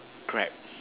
crabs